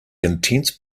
intense